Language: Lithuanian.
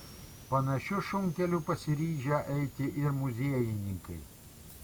panašiu šunkeliu pasiryžę eiti ir muziejininkai